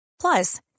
Plus